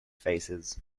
faces